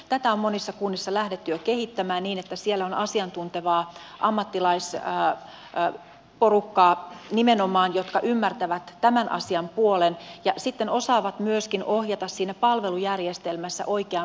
tätä on monissa kunnissa lähdetty jo kehittämään niin että siellä on asiantuntevaa ammattilaisporukkaa joka nimenomaan ymmärtää tämän asian puolen ja sitten osaa myöskin ohjata siinä palvelujärjestelmässä oikeaan paikkaan